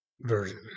version